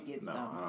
no